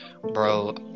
Bro